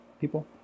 people